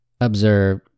observe